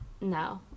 no